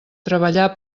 treballar